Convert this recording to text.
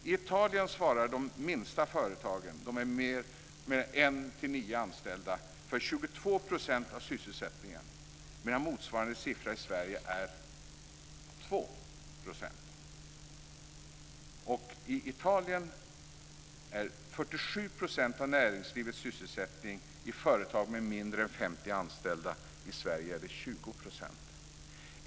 I Italien svarar de minsta företagen, de med 1-9 anställda, för 22 % av sysselsättningen, medan motsvarande siffra i Sverige är 2 %. I Italien är 47 % av näringslivets sysselsättning i företag med mindre än 50 anställda. I Sverige är den 20 %.